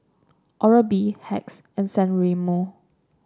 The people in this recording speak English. Oral B Hacks and San Remo